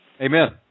amen